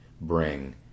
bring